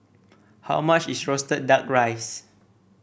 how much is roasted duck rice